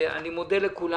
אני מודה לכולם.